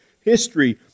history